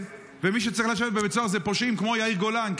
ומי שצריך לשבת בבית סוהר אלה פושעים כמו יאיר גולן,